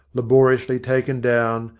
laboriously taken down,